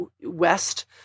west